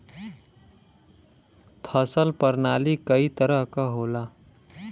फसल परनाली कई तरह क होला